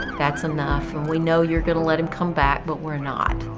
that's enough, and we know you're going to let him come back, but we're not.